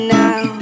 now